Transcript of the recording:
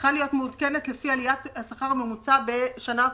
צריכה להיות מעודכנת לפי עליית השכר הממוצע בשנה הקודמת,